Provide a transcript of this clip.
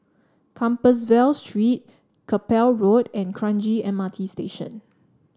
Compassvale Street Chapel Road and Kranji M R T Station